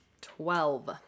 Twelve